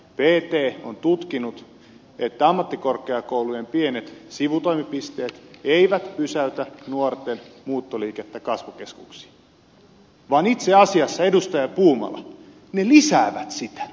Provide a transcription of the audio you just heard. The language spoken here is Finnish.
pt on tutkinut että ammattikorkeakoulujen pienet sivutoimipisteet eivät pysäytä nuorten muuttoliikettä kasvukeskuksiin vaan itse asiassa edustaja puumala ne lisäävät sitä